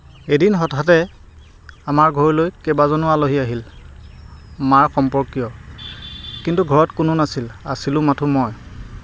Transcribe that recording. এদিন হঠাতে আমাৰ ঘৰলৈ কেইবাজনো আলহী আহিল মাৰ সম্পৰ্কীয় কিন্তু ঘৰত কোনো নাছিল আছিলোঁ মাথো মই